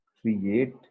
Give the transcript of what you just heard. create